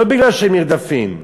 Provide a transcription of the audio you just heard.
לא כי הם נרדפים,